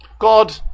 God